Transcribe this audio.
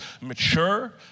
mature